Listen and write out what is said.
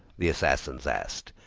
the assassins asked,